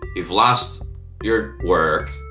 you've lost your work,